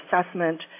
assessment